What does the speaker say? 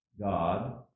God